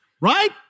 Right